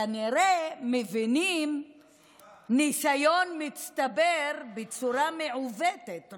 כנראה מבינים ניסיון מצטבר בצורה מעוותת.